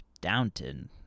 Downton